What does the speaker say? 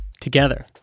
together